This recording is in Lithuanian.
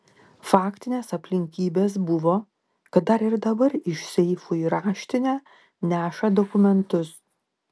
faktinės aplinkybės buvo kad dar ir dabar iš seifų į raštinę neša dokumentus